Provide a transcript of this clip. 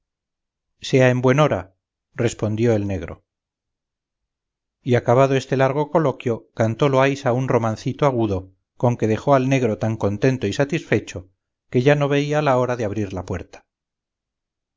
sea en buen hora respondió el negro y acabado este largo coloquio cantó loaysa un romancito agudo con que dejó al negro tan contento y satisfecho que ya no veía la hora de abrir la puerta